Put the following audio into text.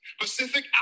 Pacific